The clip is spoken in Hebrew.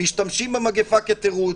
משתמשים במגפה כתירוץ,